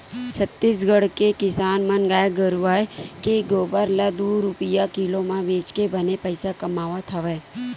छत्तीसगढ़ के किसान मन गाय गरूवय के गोबर ल दू रूपिया किलो म बेचके बने पइसा कमावत हवय